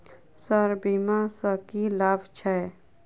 Sir बीमा सँ की लाभ छैय?